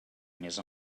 més